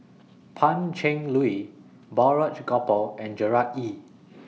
Pan Cheng Lui Balraj Gopal and Gerard Ee